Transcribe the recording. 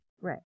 Right